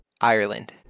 Ireland